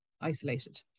isolated